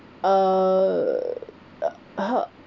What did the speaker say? uh (uh huh)